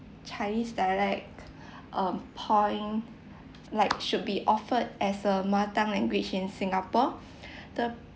chinese dialect um point like should be offered as a mother tongue language in singapore the